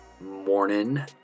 Morning